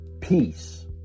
peace